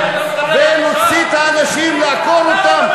ולהוציא את האנשים, לעקור אותם.